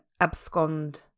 abscond